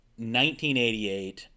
1988